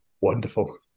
Wonderful